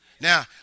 now